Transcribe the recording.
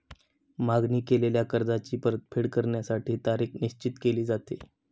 मागणी केलेल्या कर्जाची परतफेड करण्यासाठी तारीख निश्चित केली जाते